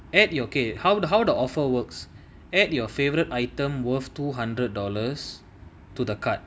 at your K how the how the offer works add your favourite items worth two hundred dollars to the cart